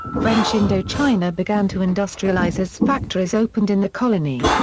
french indochina began to industrialize as factories opened in the colony.